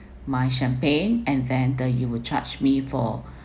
my champagne and then uh you will charge me for